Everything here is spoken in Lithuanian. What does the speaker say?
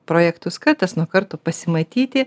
projektus kartas nuo karto pasimatyti